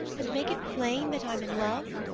and make it plain that i'm in love?